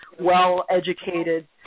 well-educated